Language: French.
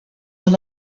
dans